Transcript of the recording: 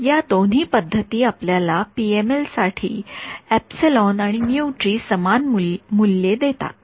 या दोन्ही पद्धती आपल्याला पीएमएल साठी आणि ची समान मूल्ये देतात